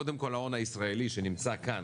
קודם כל ההון הישראלי שנמצא כאן